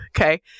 okay